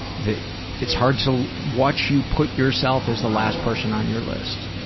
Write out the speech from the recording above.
that it's hard to watch you put yourself as the last person on your list